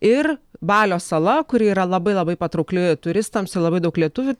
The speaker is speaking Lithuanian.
ir balio sala kuri yra labai labai patraukli turistams joje labai daug lietuvių